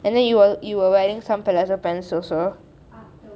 and then you were you were wearing some palazzo pants also